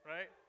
Right